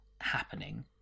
happening